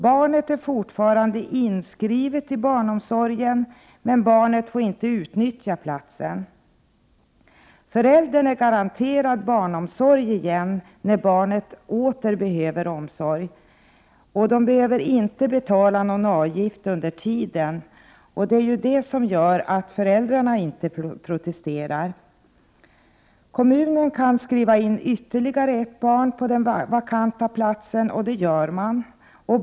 Barnet är fortfarande inskrivet i barnomsorgen men får inte utnyttja platsen. Föräldrarna är garanterade barnomsorg när barnet åter behöver omsorg men behöver inte betala någon avgift under tiden. Det är det som gör att föräldrarna inte protesterar. Kommunen kan skriva in ytterligare ett barn på den vakanta platsen, och det gör kommunen.